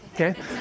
okay